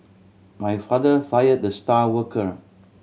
my father fire the star worker